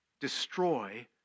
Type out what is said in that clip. destroy